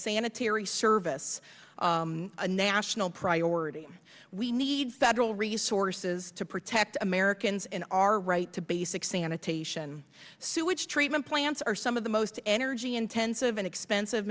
sanitary service a national priority we need federal resources to protect americans and our right to basic sanitation sewage treatment plants are some of the most energy intensive and expensive